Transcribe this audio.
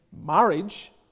marriage